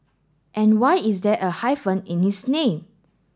and why is there a hyphen in his name